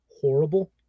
horrible